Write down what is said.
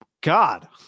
God